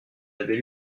avait